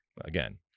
again